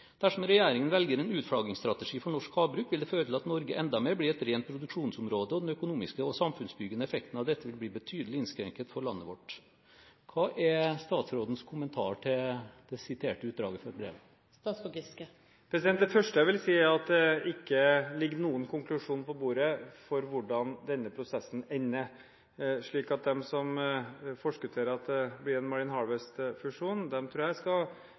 Dersom Regjeringen velger en utflaggingsstrategi for norsk havbruk, vil det føre til at Norge enda mer blir et rent produksjonsområde, og den økonomiske og samfunnsbyggende effekten av dette vil bli betydelig innskrenket for landet vårt.» Hva er statsrådens kommentar til det siterte utdraget fra brevet? Det første jeg vil si, er at det ikke ligger noen konklusjon på bordet om hvordan denne prosessen ender. De som forskutterer at det blir en Marine Harvest-fusjon, tror jeg skal